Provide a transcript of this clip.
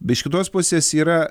bet iš kitos pusės yra